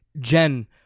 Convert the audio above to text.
Jen